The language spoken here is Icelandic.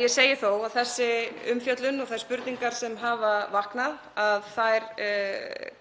Ég segi þó að þessi umfjöllun og þær spurningar sem hafa vaknað